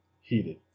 Heated